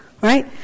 Right